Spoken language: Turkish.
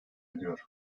ediyor